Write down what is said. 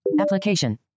application